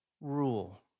rule